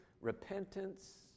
repentance